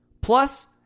Plus